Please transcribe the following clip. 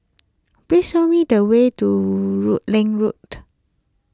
please show me the way to Rutland Road